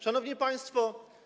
Szanowni Państwo!